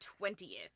20th